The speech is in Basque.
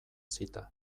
zita